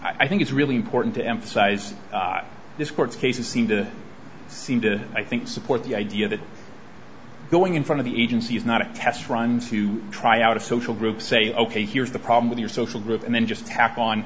i think it's really important to emphasize this court's cases seem to seem to i think support the idea that going in front of the agency is not a test run to try out of social groups say ok here's the problem with your social group and then just tack on